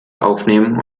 aufnehmen